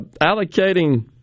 allocating